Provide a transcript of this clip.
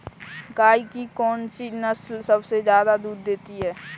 गाय की कौनसी नस्ल सबसे ज्यादा दूध देती है?